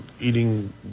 eating